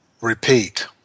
repeat